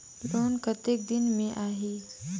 Loan कतेक दिन मे आही?